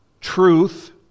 truth